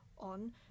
on